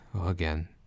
Again